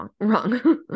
wrong